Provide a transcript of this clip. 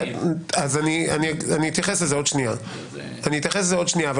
אני אתייחס לזה עוד שנייה, אבל